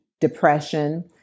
depression